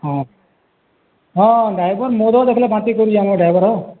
ହଁ ହଁ ଡ୍ରାଇଭର୍ ମଦ ଦେଖ୍ଲେ ବାନ୍ତି କରୁଛେ ଆମର୍ ଡ୍ରାଇଭର୍ ହୋ